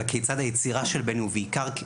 אלא כיצד היצירה של בני ובעיקר,